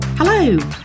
Hello